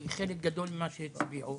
כי חלק גדול מן האנשים שהצביעו,